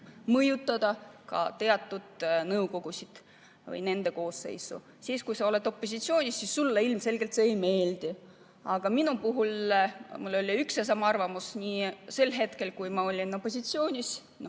mõjutada ka teatud nõukogusid või nende koosseisu. Kui sa oled opositsioonis, siis sulle ilmselgelt see ei meeldi. Aga mul on olnud üks ja sama arvamus nii sel hetkel, kui ma olin opositsioonis, ja